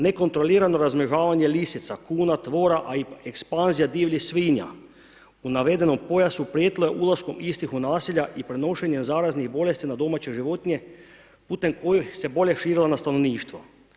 Nekontrolirano razmnožavanje lisica, kuna, tvora a i ekspanzija divljih svinja u navedenom pojasu prijetilo je ulaskom istih u naselja i prenošenjem zaraznih bolesti na domaće životinje putem kojih se bolest širila na stanovništvo.